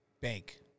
Bank